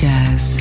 Jazz